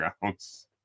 grounds